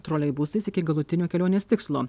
troleibusais iki galutinio kelionės tikslo